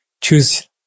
choose